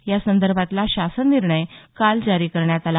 यासंदर्भातला शासन निर्णय काल जारी करण्यात आला